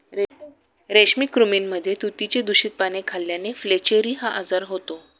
रेशमी कृमींमध्ये तुतीची दूषित पाने खाल्ल्याने फ्लेचेरी हा आजार होतो